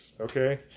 Okay